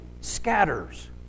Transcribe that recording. scatters